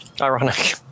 Ironic